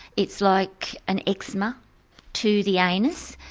it's like an eczema to the anus,